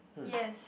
yes